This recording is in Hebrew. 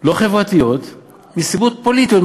לא חברתיות, מסיבות פוליטיות.